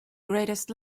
greatest